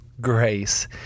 Grace